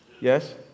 Yes